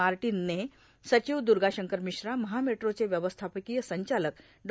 मार्टान ने र्साचव द्रगाशंकर भ्मश्रा महामेट्रोचे व्यवस्थापकांय संचालक डॉ